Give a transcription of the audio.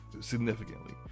significantly